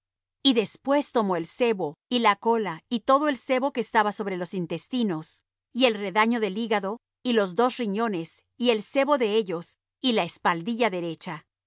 y después tomó el sebo y la cola y todo el sebo que estaba sobre los intestinos y el redaño del hígado y los dos riñones y el sebo de ellos y la espaldilla derecha